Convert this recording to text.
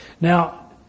Now